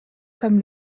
comme